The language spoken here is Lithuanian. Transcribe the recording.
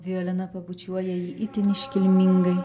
violena pabučiuoja jį itin iškilmingai